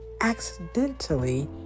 accidentally